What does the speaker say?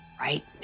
right